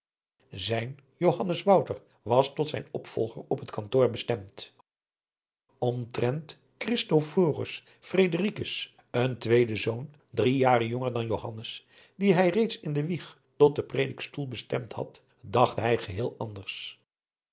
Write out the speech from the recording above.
zijn johannes wouter was tot zijn opvolger op het kantoor bestemd omtrent christophorus frederikus een tweede zoon drie jaren jonger dan johannes dien hij reeds in de wieg tot den predikstoel bestemd had dacht hij geheel anders